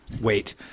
Wait